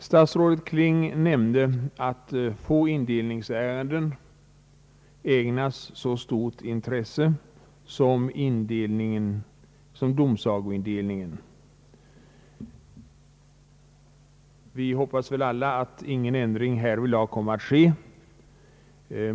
Statsrådet Kling nämnde att få indelningsärenden ägnas så stort intresse i kanslihuset som <domsagoindelningsärenden. Vi hoppas väl alla att ingen ändring härvidlag kommer att ske.